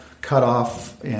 cutoff